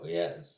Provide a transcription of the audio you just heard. yes